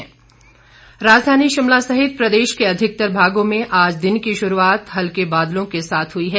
मौसम राजधानी शिमला सहित प्रदेश के अधिकतर भागों में आज दिन की शुरूआत हल्के बादलों के साथ हुई है